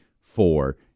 four